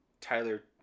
Tyler